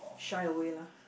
shy away lah